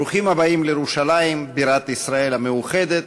ברוכים הבאים לירושלים, בירת ישראל המאוחדת,